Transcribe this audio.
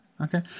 Okay